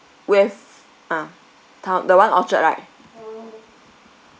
with ah town the one orchard right